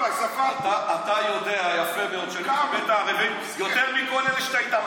אתה יודע יפה מאוד שאני מכבד את הערבים יותר מכל אלה שאתה איתם.